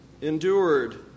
endured